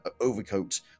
overcoat